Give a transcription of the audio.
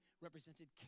represented